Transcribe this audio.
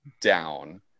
down